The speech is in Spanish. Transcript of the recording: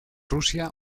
rusia